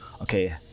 okay